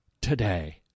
today